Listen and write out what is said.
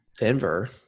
Denver –